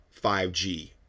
5g